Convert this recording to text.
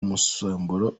musemburo